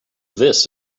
this